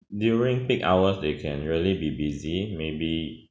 during peak hours they can really be busy maybe